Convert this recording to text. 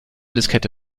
diskette